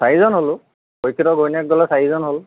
চাৰিজন হ'লোঁ পৰিক্ষিতৰ ঘৈণিয়েক গ'লে চাৰিজন হ'ল